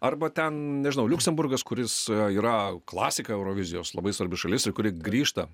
arba ten nežinau liuksemburgas kuris yra klasika eurovizijos labai svarbi šalis ir kuri grįžta